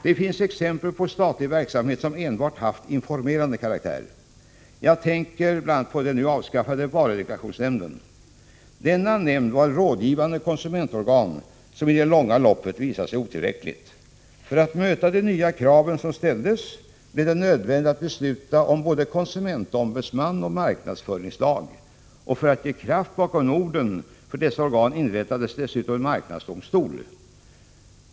Det finns exempel på statlig verksamhet som enbart haft informerande karaktär. Jag tänker bl.a. på den nu avskaffade varudeklarationsnämnden. Denna nämnd var ett rådgivande konsumentorgan som i det långa loppet visade sig otillräckligt. För att möta de nya krav som ställdes blev det nödvändigt att besluta om både en konsumentombudsman och en marknadsföringslag. För att ge dessa organ kraft bakom orden inrättades dessutom en marknadsdomstol.